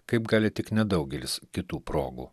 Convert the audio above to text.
kaip gali tik nedaugelis kitų progų